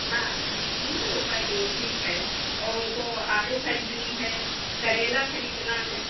हाँ तीन सौ रुपये किलो ठीक है और हमको आलू ख़रीदनी है करेला ख़रीदना है